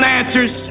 answers